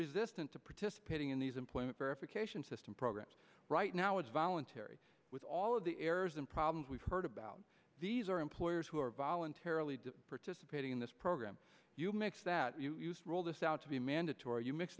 resistant to participating in these employment verification system programs right now it's voluntary with all of the errors and problems we've heard about these are employers who are voluntarily participating in this program you makes that you use roll this out to be mandatory you mix